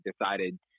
decided